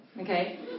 Okay